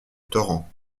torrent